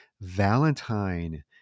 Valentine